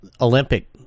olympic